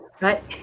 right